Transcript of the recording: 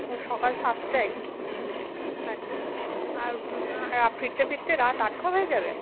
ও সকাল সাতটায় আচ্ছা আর ফিরতে ফিরতে রাত আটটা হয়ে যাবে